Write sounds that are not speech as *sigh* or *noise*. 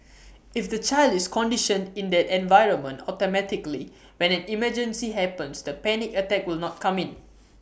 *noise* if the child is conditioned in that environment automatically when an emergency happens the panic attack will not come in